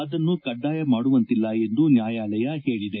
ಅದನ್ನು ಕಡ್ವಾಯ ಮಾಡುವಂತಿಲ್ಲ ಎಂದು ನ್ಯಾಯಾಲಯ ಹೇಳಿದೆ